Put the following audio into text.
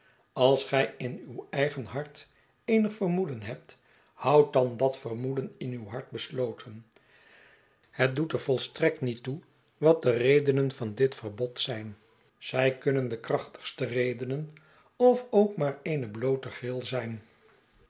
ais gij in uw eigen hart eenig vermoeden hebt houd dan dat vermoeden in uw hart besloten het doet er voistrekt niet toe wat de rederien van dit verbod zijn zij kunnen de krachtigste redenen of ook maar eene bloote gril zijn